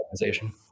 organization